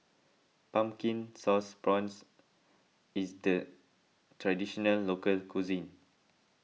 Pumpkin Sauce Prawns is the Traditional Local Cuisine